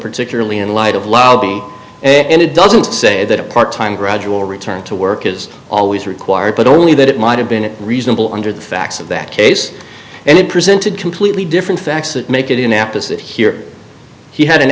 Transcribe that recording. particularly in light of lobby and it doesn't say that a part time gradual return to work is always required but only that it might have been a reasonable under the facts of that case and it presented completely different facts that make it in apis that here he had an